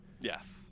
yes